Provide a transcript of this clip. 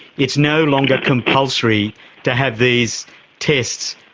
it's no longer compulsory to have these tests.